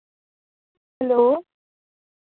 hello